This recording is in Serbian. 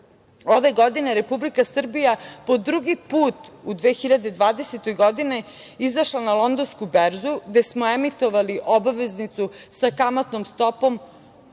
godine, Republika Srbija po drugi put u 2020. godini, izašla na Londonsku berzu gde smo emitovali obveznicu sa kamatnom stopom